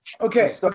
Okay